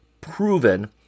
proven